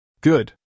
Good